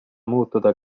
muutuda